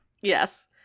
Yes